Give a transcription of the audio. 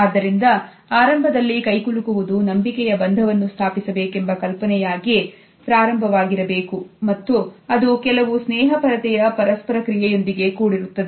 ಆದ್ದರಿಂದ ಆರಂಭದಲ್ಲಿ ಕೈಕುಲುಕುವುದು ನಂಬಿಕೆಯ ಬಂಧವನ್ನು ಸ್ಥಾಪಿಸಬೇಕೆಂಬ ಕಲ್ಪನೆಯಾಗಿ ಪ್ರಾರಂಭವಾಗಿರಬೇಕು ಮತ್ತು ಅದು ಕೆಲವು ಸ್ನೇಹಪರತೆಯ ಪರಸ್ಪರ ಕ್ರಿಯೆಯೊಂದಿಗೆ ಕೂಡಿರುತ್ತದೆ